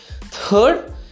Third